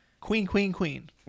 Queen-queen-queen